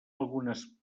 algunes